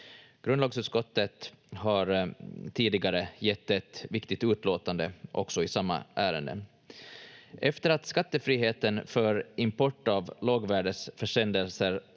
Grundlagsutskottet har tidigare gett ett viktigt utlåtande också i samma ärende. Efter att skattefriheten för import av lågvärdesförsändelser